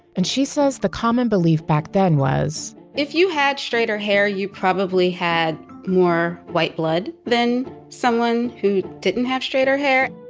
and she says, the common belief back then was, if you had straighter hair, you probably had more white blood than someone who didn't have straighter hair